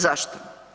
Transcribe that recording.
Zašto?